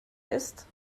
ist